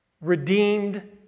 Redeemed